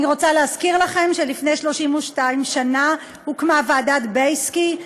אני רוצה להזכיר לכם שלפני 32 שנה הוקמה ועדת בייסקי,